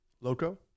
Loco